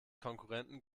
konkurrenten